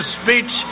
speech